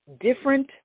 different